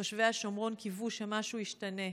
תושבי השומרון קיוו שמשהו ישתנה,